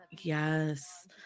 Yes